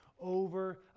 over